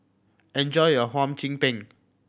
enjoy your Hum Chim Peng